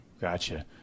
Gotcha